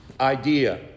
Idea